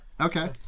Okay